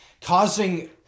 causing